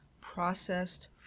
processed